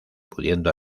pudiendo